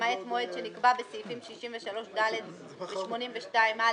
למעט מועד שנקבע בסעיפים 63(ד) ו-82(א).